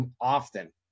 often